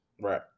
Right